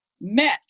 met